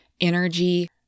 Energy